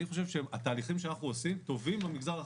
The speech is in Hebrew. אני חושב שהתהליכים שאנחנו עושים טובים למגזר החרדי.